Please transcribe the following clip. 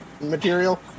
material